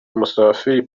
musafili